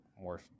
more